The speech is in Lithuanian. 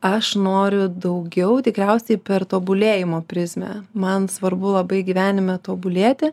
aš noriu daugiau tikriausiai per tobulėjimo prizmę man svarbu labai gyvenime tobulėti